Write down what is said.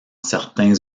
certains